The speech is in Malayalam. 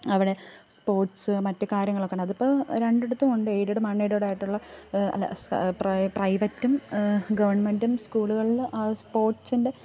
അവിടെ സ്പോർട്സ് മറ്റു കാര്യങ്ങളൊക്കെയുണ്ട് അതിപ്പോൾ രണ്ടിടത്തും ഉണ്ട് എയ്ഡഡും അൺ എയ്ഡഡും ആയിട്ടുള്ള അല്ല പ്രൈവറ്റും ഗവൺമെന്റും സ്കൂളുകളിൽ ആ സ്പോർട്സ്ൻ്റെ കാര്യങ്ങളുണ്ട്